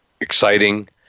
exciting